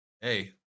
Hey